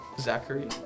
zachary